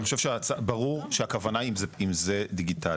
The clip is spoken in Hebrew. אני חושב שברור שהכוונה היא א זה דיגיטלי.